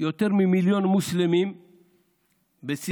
יותר ממיליון מוסלמים בסין,